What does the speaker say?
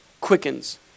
quickens